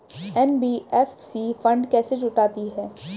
NBFC fund कैसे जुटाती है?